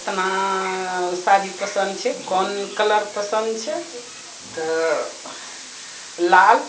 केतना साड़ी पसन्द छै कोन कलर पसन्द छै तऽ लाल